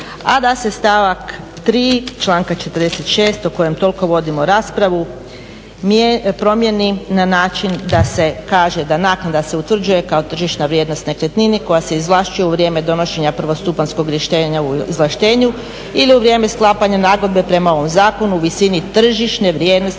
a da se stavak 3. članka 46. o kojem toliko vodimo raspravu promijeni na način da se kaže da naknada se utvrđuje kao tržišna vrijednost nekretnini koja se izvlašćuje u vrijeme donošenja prvostupanjskog rješenja o izvlaštenju ili u vrijeme sklapanja nagodbe prema ovom zakonu, visini tržišne vrijednosti